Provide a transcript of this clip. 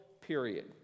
period